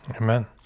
Amen